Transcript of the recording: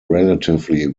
relatively